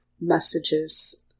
messages